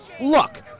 Look